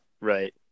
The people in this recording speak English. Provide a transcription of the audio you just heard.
Right